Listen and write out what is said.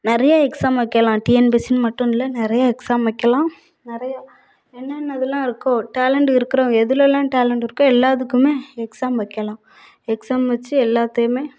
நிறைய எக்ஸாம் வைக்கலாம் டிஎன்பிசின்னு மட்டும் இல்லை நிறையா எக்ஸாம் வைக்கலாம் நிறையா என்னென்ன இதெலாம் இருக்கோ டலெண்ட் இருக்கிற எதிலெல்லாம் டலெண்ட் இருக்கோ எல்லாத்துக்குமே எக்ஸாம் வைக்கலாம் எக்ஸாம் வச்சு எல்லாத்தையுமே